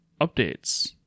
updates